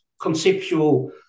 conceptual